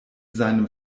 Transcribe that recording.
seinem